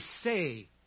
say